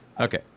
Okay